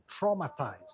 traumatized